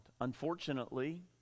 Unfortunately